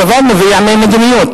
הדבר נובע ממדיניות,